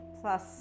plus